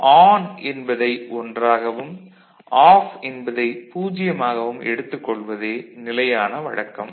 ஆனால் ஆன் என்பதை 1 ஆகவும் ஆஃப் என்பதை 0 ஆகவும் எடுத்துக் கொள்வதே நிலையான வழக்கம்